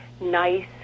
nice